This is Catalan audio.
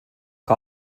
que